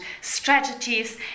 strategies